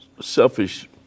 selfish